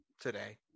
today